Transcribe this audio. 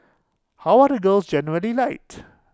how are the girls generally light